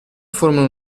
formano